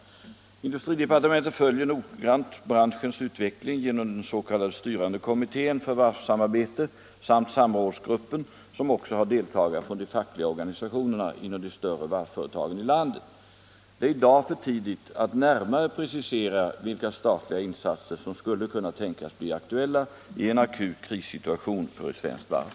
Industridepartementet följer noggrant branschens utveckling genom den s.k. styrande kommittén för varvssamarbete samt samrådsgruppen, som också har deltagare från de fackliga organisationerna inom de större varvsföretagen i landet. Det är i dag för tidigt att närmare precisera vilka statliga insatser som skulle kunna tänkas bli aktuella i en akut krissituation för ett svenskt varv.